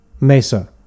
Mesa